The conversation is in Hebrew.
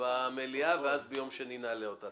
בבית הזה בנושא הזה.